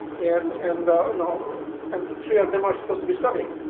and and ah you know and but three of them are supposed to be studying.